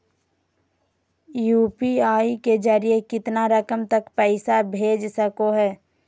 UPI के जरिए कितना रकम तक पैसा भेज सको है?